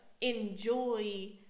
enjoy